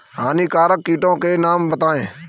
हानिकारक कीटों के नाम बताएँ?